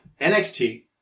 NXT